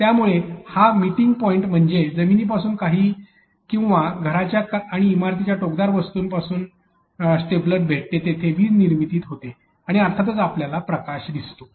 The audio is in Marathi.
त्यामुळे हा मीटिंग पॉइंट म्हणजे जमिनीपासून किंवा घरांच्या आणि इमारतींसारख्या टोकदार वस्तूंपासून स्टेपलडर भेटते तिथे वीज निर्मिती होते आणि अर्थातच आपल्याला प्रकाश दिसतो